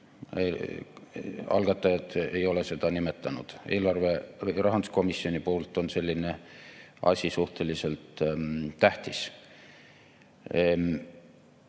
Algatajad ei ole seda nimetanud. Rahanduskomisjonile on selline asi suhteliselt tähtis.